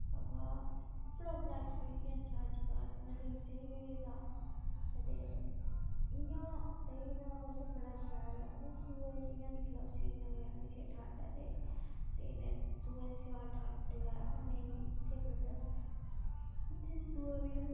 बस्सें च रश की रौह्ंदा की के जम्मू इक मन्दरें दा शैह्र ऐ जम्मू इक मन्दरें दा शैह्र ऐ बड़े दूरा दूरा दा जात्तरू आंदे इद्धर दर्शन करने इद्धर माता बैष्णो ऐ उद्धर बी बड़ा रश रौंह्दा बड़ा रश रौंह्दा